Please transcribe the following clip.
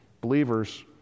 believers